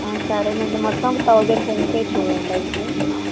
సరేనండి మొత్తం ఒక థౌసండ్ ఫోన్పే చెయ్యండి అయితే